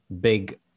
big